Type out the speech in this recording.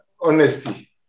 honesty